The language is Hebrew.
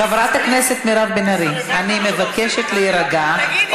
חברת הכנסת מירב בן ארי, אני מבקשת להירגע.